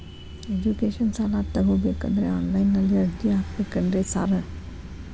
Education ಸಾಲ ತಗಬೇಕಂದ್ರೆ online ನಲ್ಲಿ ಅರ್ಜಿ ಹಾಕ್ಬೇಕೇನ್ರಿ ಸಾರ್?